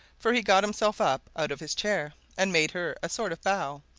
for he got himself up out of his chair and made her a sort of bow,